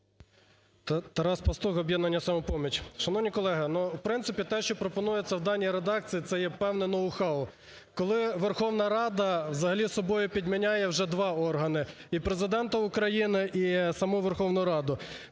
Тарас Пастух, "Об'єднання "Самопоміч". Шановні колеги, в принципі, те, що пропонується в даній редакції, це є певне ноу-хау, коли Верховна Рада взагалі собою підміняє вже два органи: і Президента України, і саму Верховну Раду.